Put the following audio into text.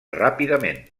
ràpidament